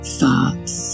thoughts